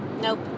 Nope